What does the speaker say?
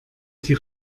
die